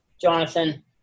Jonathan